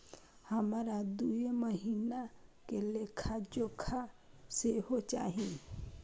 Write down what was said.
हमरा दूय महीना के लेखा जोखा सेहो चाही